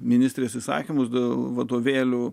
ministrės įsakymus dėl vadovėlių